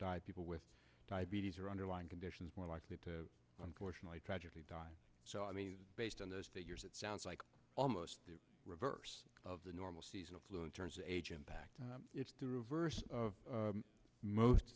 die people with diabetes or underlying conditions more likely to unfortunately tragically die so i mean based on those the years it sounds like almost the reverse of the normal seasonal flu in terms of age impact it's the reverse of most